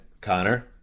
Connor